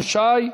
נחמן שי,